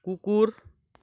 कुकुर